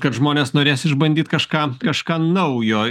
kad žmonės norės išbandyt kažką kažką naujo